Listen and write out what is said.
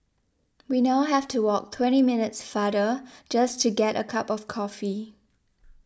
we now have to walk twenty minutes farther just to get a cup of coffee